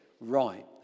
right